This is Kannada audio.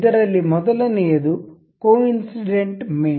ಇದರಲ್ಲಿ ಮೊದಲನೆಯದು ಕೊಇನ್ಸಿಡೆಂಟ್ ಮೇಟ್